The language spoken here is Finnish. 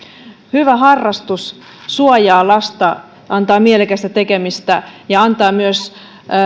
hyvä harrastus suojaa lasta antaa mielekästä tekemistä ja antaa myös